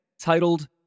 Titled